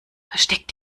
versteck